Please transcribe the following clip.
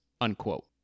unquote